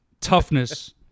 toughness